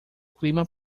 clima